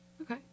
Okay